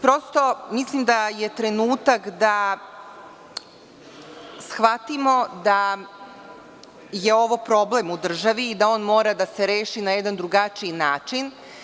Prosto, mislim da je trenutak da shvatimo da je ovo problem u državi i da on mora da se reši na jedan drugačiji način.